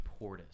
Portis